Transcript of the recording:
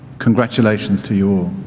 congratulations to you all.